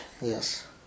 Yes